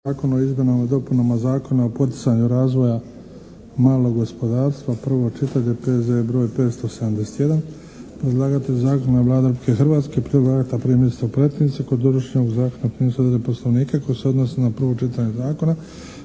zakona o izmjenama i dopunama zakona o poticanju razvoja malog gospodarstva, prvo čitanje, P.Z.E.br. 571; Predlagatelj zakona je Vlada Republike Hrvatske. Prijedlog akta primili ste u pretince. Kod donošenja ovog zakona primjenjuju se odredbe Poslovnika koje se odnose na prvo čitanje zakona.